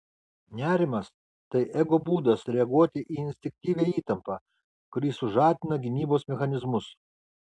nerimas tai ego būdas reaguoti į instinktyvią įtampą kuri sužadina gynybos mechanizmus